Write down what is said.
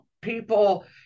people